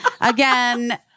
Again